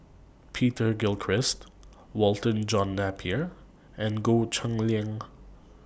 Peter Gilchrist Walter John Napier and Goh Cheng Liang